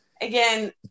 again